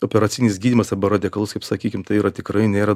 operacinis gydymas arba radikalus kaip sakykim tai yra tikrai nėra